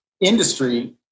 industry